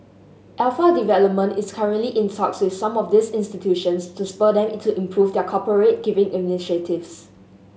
Alpha Development is currently in talks with some of these institutions to spur them to improve their corporate giving initiatives